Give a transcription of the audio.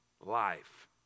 Life